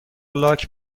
لاک